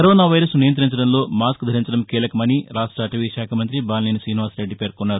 corona వైరస్ను నియంతించడంలో మాన్న్ దరించడం కీలకమని రాష్ట అటవీశాఖ మంతి బాలినేని శ్రీనివాసరెడ్డి పేర్కొన్నారు